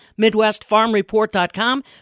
MidwestFarmReport.com